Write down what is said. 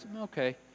Okay